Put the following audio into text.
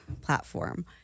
platform